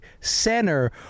center